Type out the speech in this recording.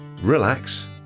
relax